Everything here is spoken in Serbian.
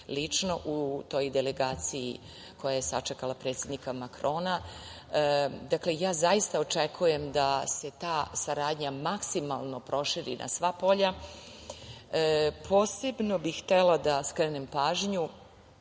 lično u toj delegaciji koja je sačekala predsednika Makrona. Dakle, ja zaista očekujem da se ta saradnja maksimalno proširi na sva polja. Posebno bih htela da skrenem pažnju